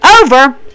over